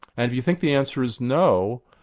and if you think the answer is no,